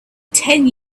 ten